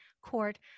court